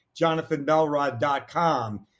JonathanBelrod.com